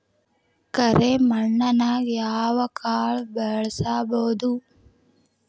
ಕರೆ ಮಣ್ಣನ್ಯಾಗ್ ಯಾವ ಕಾಳ ಬೆಳ್ಸಬೋದು?